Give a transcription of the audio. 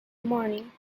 morning